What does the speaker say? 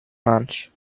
launch